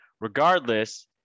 regardless